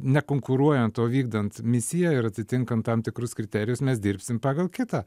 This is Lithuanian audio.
ne konkuruojant o vykdant misiją ir atitinkant tam tikrus kriterijus mes dirbsim pagal kitą